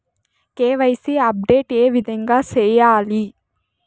KYC update ఏ విధంగా సేయాలి?